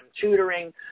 tutoring